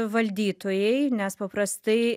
valdytojai nes paprastai